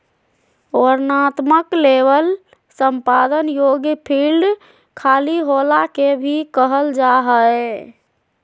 वर्णनात्मक लेबल संपादन योग्य फ़ील्ड खाली होला के भी कहल जा हइ